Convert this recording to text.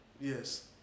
Yes